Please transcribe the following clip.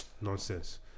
Nonsense